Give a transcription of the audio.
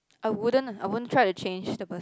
I wouldn't ah I won't try to change the person